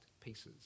pieces